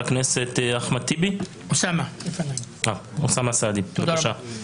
אוסאמה סעדי, בבקשה.